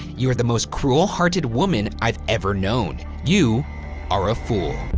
you are the most cruel-hearted woman i've ever known. you are a fool.